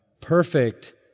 perfect